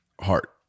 heart